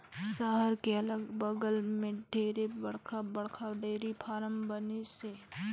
सहर के अगल बगल में ढेरे बड़खा बड़खा डेयरी फारम बनिसे